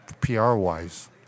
PR-wise